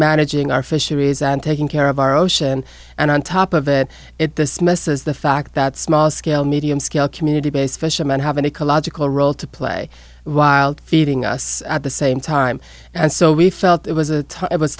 managing our fisheries and taking care of our ocean and on top of that at this mess is the fact that small scale medium scale community based fisherman have an ecological role to play while feeding us at the same time and so we felt it was a it was